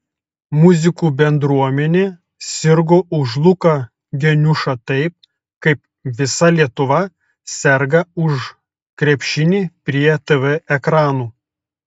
muzikų bendruomenė sirgo už luką geniušą taip kaip visa lietuva serga už krepšinį prie tv ekranų